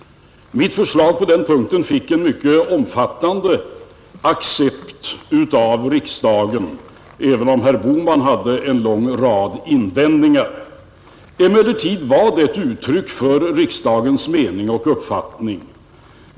Mitt förslag på den punkten fick en mycket omfattande accept av riksdagen, även om herr Bohman hade en lång rad invändningar att göra. Skattereformen var emellertid ett uttryck för riksdagens mening och uppfattning.